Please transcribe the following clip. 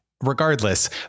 Regardless